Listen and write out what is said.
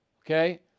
Okay